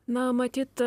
na matyt